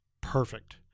perfect